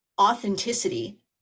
authenticity